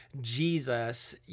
Jesus